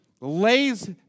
lays